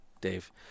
Dave